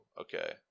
Okay